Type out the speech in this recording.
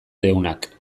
deunak